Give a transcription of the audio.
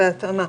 בהתאמה.